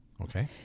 Okay